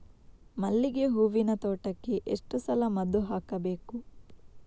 ಮಲ್ಲಿಗೆ ಹೂವಿನ ತೋಟಕ್ಕೆ ಎಷ್ಟು ಸಲ ಮದ್ದು ಹಾಕಬೇಕು?